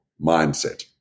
mindset